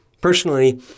Personally